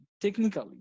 Technically